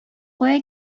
кая